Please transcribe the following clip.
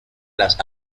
las